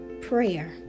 prayer